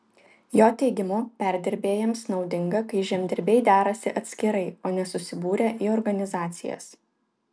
jo teigimu perdirbėjams naudinga kai žemdirbiai derasi atskirai o ne susibūrę į organizacijas